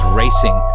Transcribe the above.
racing